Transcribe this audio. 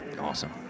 awesome